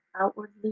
outwardly